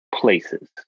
places